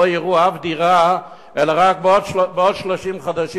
לא יראו אף דירה אלא רק בעוד 30 חודשים,